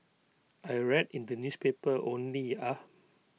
I read in the newspaper only ah